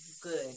good